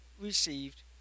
received